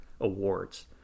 awards